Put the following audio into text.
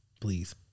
please